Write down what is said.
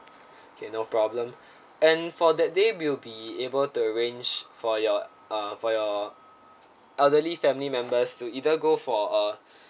K no problem and for that day we'll be able to arrange for your uh for your elderly family members to either go for a